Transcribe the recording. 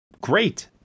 Great